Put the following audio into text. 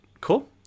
Cool